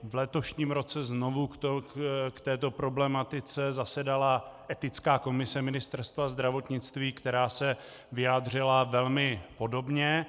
V letošním roce znovu k této problematice zasedala etická komise Ministerstva zdravotnictví, která se vyjádřila velmi podobně.